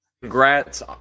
Congrats